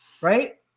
Right